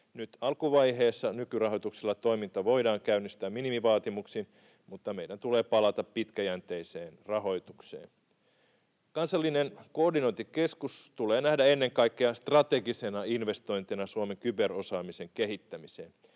Nyt alkuvaiheessa nykyrahoituksella toiminta voidaan käynnistää minimivaatimuksin, mutta meidän tulee palata pitkäjänteiseen rahoitukseen. Kansallinen koordinointikeskus tulee nähdä ennen kaikkea strategisena investointina Suomen kyberosaamisen kehittämiseen.